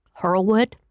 Hurlwood